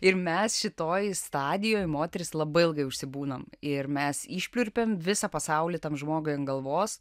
ir mes šitoj stadijoj moterys labai ilgai užsibūnam ir mes išpliurpiam visą pasaulį tam žmogui ant galvos